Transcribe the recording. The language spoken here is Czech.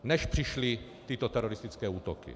Než přišly tyto teroristické útoky.